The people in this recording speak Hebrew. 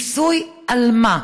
מיסוי על מה?